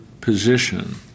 position